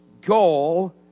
goal